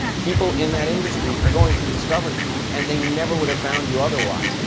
people in that industry are going to discover you and they never would have found you otherwise.